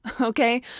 okay